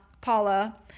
Paula